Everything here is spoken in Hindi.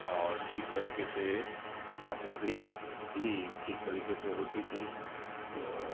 और ठीक तरीके से पाचन क्रिया भी ठीक तरीके से होती थी तो